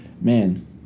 man